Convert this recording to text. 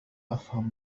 أفهم